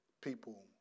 People